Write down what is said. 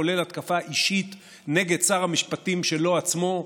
כולל התקפה אישית נגד שר המשפטים שלו עצמו,